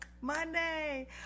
Monday